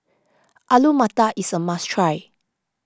Alu Matar is a must try